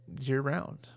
year-round